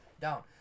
down